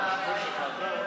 חוק התכנון והבנייה (תיקון